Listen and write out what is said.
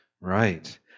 Right